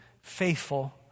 faithful